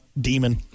Demon